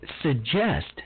suggest